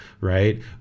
right